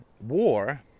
war